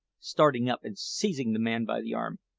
starting up and seizing the man by the arm,